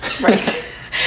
Right